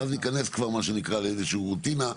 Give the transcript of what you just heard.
ואז ניכנס כבר מה שנקרא לאיזה שהיא רוטינה,